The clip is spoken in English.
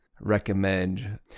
recommend